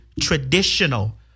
traditional